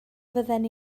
fydden